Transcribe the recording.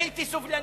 בלתי סובלנית.